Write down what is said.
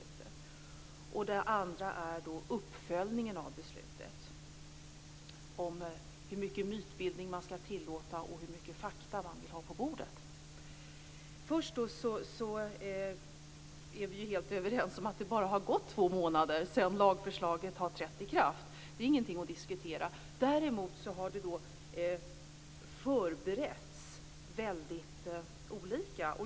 Den andra frågan gäller uppföljningen av beslutet. Den gäller hur mycket mytbildning man skall tillåta och hur mycket fakta man vill ha på bordet. Först vill jag säga att vi ju är helt överens om att det bara har gått två månader sedan lagen trädde i kraft. Det är ingenting att diskutera. Däremot har det förberetts väldigt olika.